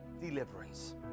deliverance